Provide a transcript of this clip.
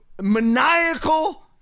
maniacal